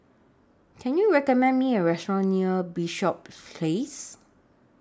Can YOU recommend Me A Restaurant near Bishops Place